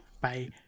Bye